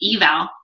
eval